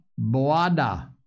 Boada